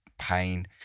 pain